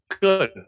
Good